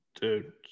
Dude